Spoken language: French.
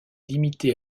limité